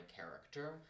character